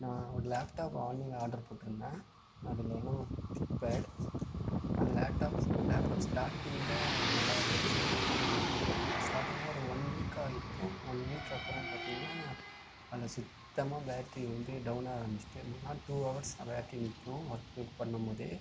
நான் ஒரு லேப்டாப் ஆன்லைனில் ஆர்ட்ரு போட்டிருந்தேன் அது லெனவோ பேட் அந்த லேப்டாப் லேப்டாப் ஸ்டார்டிங்கில் நல்லா இருந்துச்சு ஒரு ஸ்டார்டிங்னால் ஒரு ஒன் வீக்காக இருக்கும் ஒன் வீக் அப்புறம் பார்த்திங்கனா அதில் சுத்தமாக பேட்ரி வந்து டௌன் ஆக ஆரம்மிச்சிட்டு ஒன் ஆர் டூ ஹவர்ஸ் அந்த பேட்ரி நிற்கும் ஒர்க்கு பண்ணும் போதே